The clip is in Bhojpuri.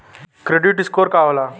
क्रेडीट स्कोर का होला?